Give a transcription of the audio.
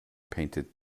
painted